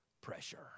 pressure